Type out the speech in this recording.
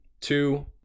two